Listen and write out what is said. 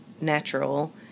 natural